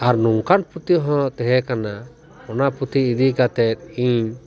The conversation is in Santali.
ᱟᱨ ᱱᱚᱝᱠᱟᱱ ᱯᱩᱛᱷᱤ ᱦᱚᱸ ᱛᱟᱦᱮᱸ ᱠᱟᱱᱟ ᱚᱱᱟ ᱯᱩᱛᱷᱤ ᱤᱫᱤ ᱠᱟᱛᱮᱫ ᱤᱧ